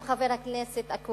ואני מסכימה עם חבר הכנסת אקוניס,